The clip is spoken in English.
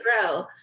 grow